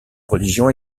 religion